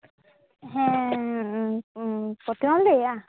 ᱦᱮᱸ ᱯᱚᱛᱤᱢᱟᱢ ᱞᱟᱹᱭᱮᱫᱼᱟ